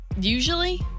Usually